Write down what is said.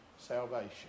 salvation